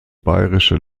bayerische